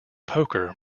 poker